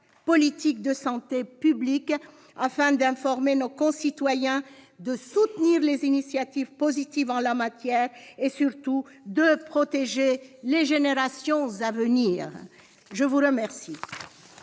de santé publique afin d'informer nos concitoyens, de soutenir les initiatives positives en la matière et, surtout, de protéger les générations à venir. La parole